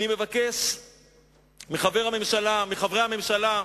אני מבקש מחברי הממשלה,